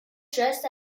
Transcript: dressed